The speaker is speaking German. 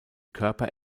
körper